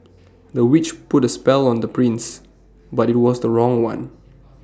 the witch put A spell on the prince but IT was the wrong one